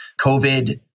COVID